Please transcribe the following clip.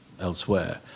elsewhere